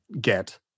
get